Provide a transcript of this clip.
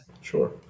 Sure